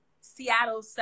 Seattle